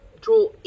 draw